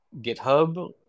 GitHub